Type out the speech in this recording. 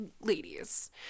ladies